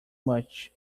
much